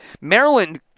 Maryland